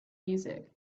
music